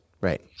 Right